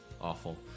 Awful